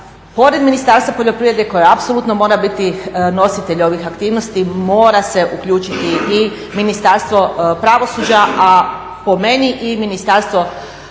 pored Ministarstva poljoprivrede koje apsolutno mora biti nositelj ovih aktivnosti mora se uključiti i Ministarstvo pravosuđa a po meni i Ministarstvo